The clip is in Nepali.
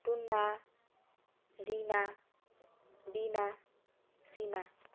टुन्ना रिना वीणा सीमा